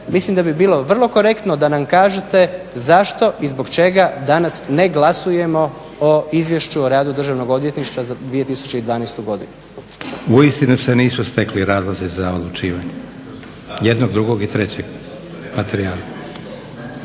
mislim da bi bilo vrlo korektno da nam kažete zašto i zbog čega danas ne glasujemo o Izvješću o radu Državnog odvjetništva za 2012. godinu. **Leko, Josip (SDP)** Uistinu se nisu stekli razlozi za odlučivanje jednog drugog i trećeg materijala.